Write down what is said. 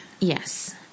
Yes